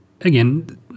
again